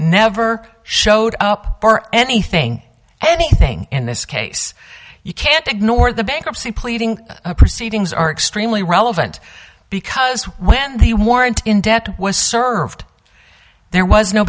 never showed up for anything anything in this case you can't ignore the bankruptcy pleading proceedings are extremely relevant because when the warrant was served there was no